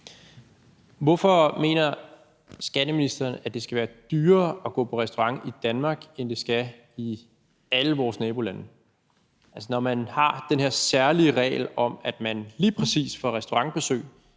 Hvorfor mener skatteministeren, at det skal være dyrere at gå på restaurant i Danmark, end det skal være i alle vores nabolande? Altså, når man har den her særlige regel om, at man lige præcis på restaurantbesøg